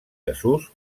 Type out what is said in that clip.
desús